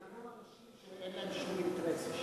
את זה אמרו אנשים שאין להם שום אינטרס אישי.